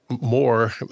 more